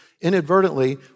Inadvertently